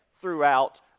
throughout